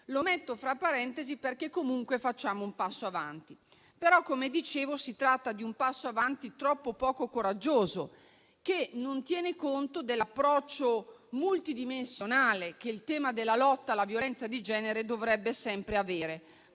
Lo metto fra parentesi, perché comunque facciamo un passo avanti. Come dicevo, però, si tratta di un passo avanti troppo poco coraggioso, che non tiene conto dell'approccio multidimensionale che il tema della lotta alla violenza di genere dovrebbe sempre avere.